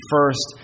first